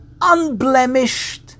unblemished